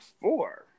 four